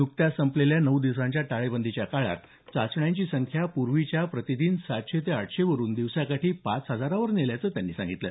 नुकत्याच संपलेल्या नऊ दिवसांच्या टाळेबंदीच्या काळात चाचण्यांची संख्या पूर्वीच्या प्रतिदिन सातशे ते आठशेवरून दिवसाकाठी पाच हजारावर नेल्याचं त्यांनी सांगितलं